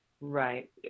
Right